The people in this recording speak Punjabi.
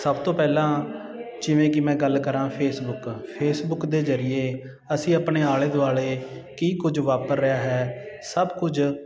ਸਭ ਤੋਂ ਪਹਿਲਾਂ ਜਿਵੇਂ ਕਿ ਮੈਂ ਗੱਲ ਕਰਾਂ ਫੇਸਬੁੱਕ ਫੇਸਬੁੱਕ ਦੇ ਜ਼ਰੀਏ ਅਸੀਂ ਆਪਣੇ ਆਲੇ ਦੁਆਲੇ ਕੀ ਕੁਝ ਵਾਪਰ ਰਿਹਾ ਹੈ ਸਭ ਕੁਝ